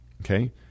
Okay